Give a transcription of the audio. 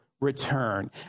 return